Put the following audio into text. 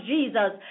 Jesus